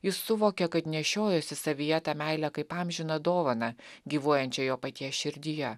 jis suvokė kad nešiojosi savyje tą meilę kaip amžiną dovaną gyvuojančią jo paties širdyje